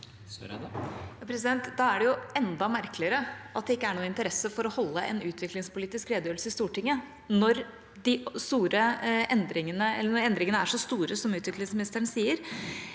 Da er det enda merkeligere at det ikke er noen interesse for å holde en utviklingspolitisk redegjørelse i Stortinget, når endringene er så store som utviklingsministeren sier.